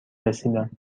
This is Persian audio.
رسیدم